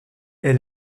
est